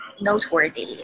noteworthy